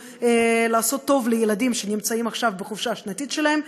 לעשות טוב לילדים שנמצאים עכשיו בחופשה השנתית שלהם,